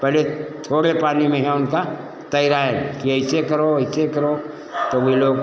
पहले थोड़े पानी में है उनका तैराएन कि ऐसे करो ऐसे करो तो वे लोग